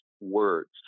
words